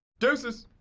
deuces,